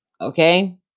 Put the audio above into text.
okay